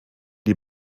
die